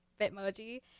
Bitmoji